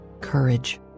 courage